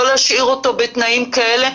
לא להשאיר אותו בתנאים כאלה.